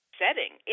setting